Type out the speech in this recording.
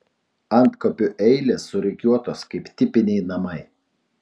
antkapių eilės surikiuotos kaip tipiniai namai